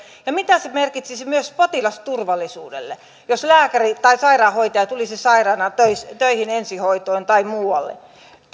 ja mitä se merkitsisi myös potilasturvallisuudelle jos lääkäri tai sairaanhoitaja tulisi sairaana töihin ensihoitoon tai muualle